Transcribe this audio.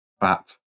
fat